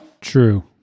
true